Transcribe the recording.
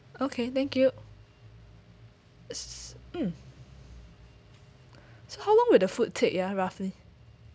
okay thank you mm so how long will the food take ya roughly